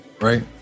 right